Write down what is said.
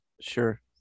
Sure